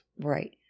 Right